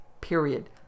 Period